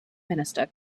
minister